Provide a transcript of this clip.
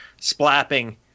splapping